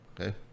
okay